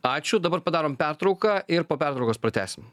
ačiū dabar padarom pertrauką ir po pertraukos pratęsim